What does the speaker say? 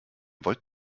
wollt